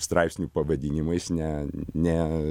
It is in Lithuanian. straipsnių pavadinimais ne ne